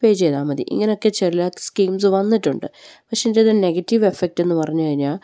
പേ ചെയ്താല് മതി ഇങ്ങനെയൊക്കെ ചില സ്കീംസ് വന്നിട്ടുണ്ട് പക്ഷെ ഇതിൻ്റെ നെഗറ്റീവ് എഫക്റ്റ് എന്ന് പറഞ്ഞുകഴിഞ്ഞാല്